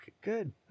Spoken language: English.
good